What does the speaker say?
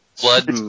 Blood